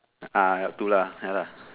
ah got two lah ya lah